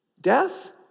death